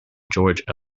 george